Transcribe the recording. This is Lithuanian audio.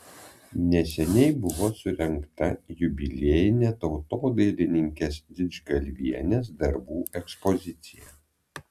neseniai buvo surengta jubiliejinė tautodailininkės didžgalvienės darbų ekspozicija